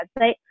website